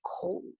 cold